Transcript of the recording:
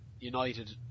United